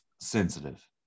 sensitive